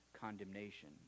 condemnation